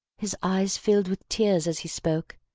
his eyes filled with tears as he spoke.